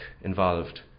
involved